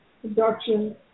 production